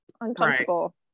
uncomfortable